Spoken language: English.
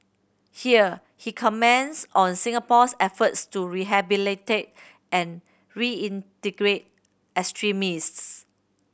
here he comments on Singapore's efforts to rehabilitate and reintegrate extremists